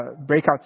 breakout